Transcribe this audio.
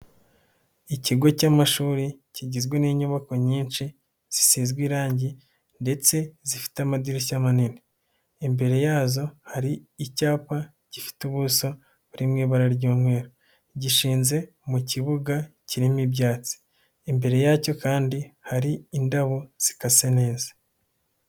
Ikigo cy'amashuri kigizwe n'inyubako nyinshi zisizwe irangi ndetse zifite amadirishya manini, imbere yazo hari icyapa gifite ubuso kiri mu ibara ry'umweru gishinze mu kibuga kirimo ibyatsi imbere yacyo kandi hari indabo zikase neza.